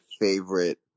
favorite